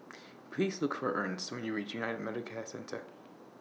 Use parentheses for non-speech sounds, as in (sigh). (noise) Please Look For Ernst when YOU REACH United Medicare Centre